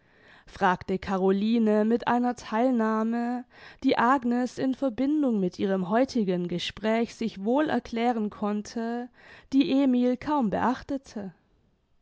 fragte caroline mit einer theilnahme die agnes in verbindung mit ihrem heutigen gespräch sich wohl erklären konnte die emil kaum beachtete